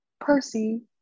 Percy